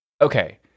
Okay